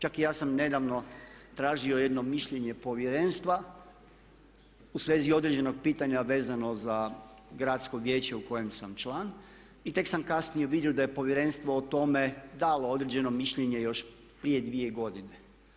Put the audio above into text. Čak i ja sam nedavno tražio jedno mišljenje Povjerenstva u svezi određenog pitanja vezano za Gradsko vijeće u kojem sam član i tek sam kasnije vidio da je Povjerenstvo o tome dalo određeno mišljenje još prije dvije godine.